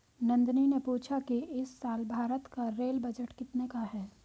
नंदनी ने पूछा कि इस साल भारत का रेल बजट कितने का है?